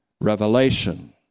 revelation